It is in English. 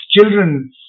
children